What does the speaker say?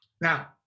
Now